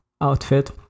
outfit